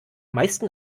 meisten